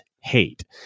hate